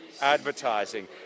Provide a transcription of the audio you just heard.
advertising